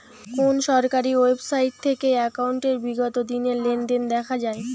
কোন সরকারি ওয়েবসাইট থেকে একাউন্টের বিগত দিনের লেনদেন দেখা যায়?